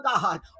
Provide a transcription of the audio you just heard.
God